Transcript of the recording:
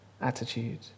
attitude